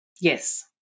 Yes